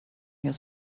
your